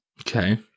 okay